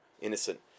innocent